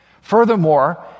Furthermore